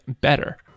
better